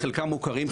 חלקם מוכרים,